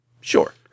Sure